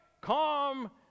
calm